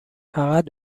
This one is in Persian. فقط